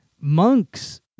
Monks